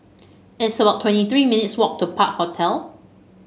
it's about twenty three minutes walk to Park Hotel